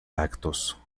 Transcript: actos